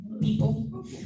people